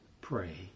pray